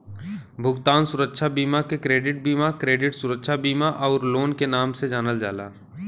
भुगतान सुरक्षा बीमा के क्रेडिट बीमा, क्रेडिट सुरक्षा बीमा आउर लोन के नाम से जानल जाला